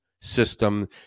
system